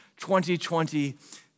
2020